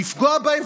לפגוע בהם,